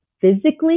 physically